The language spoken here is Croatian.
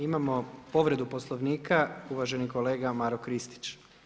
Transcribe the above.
Imamo povredu Poslovnika uvaženi kolega Maro Kristić.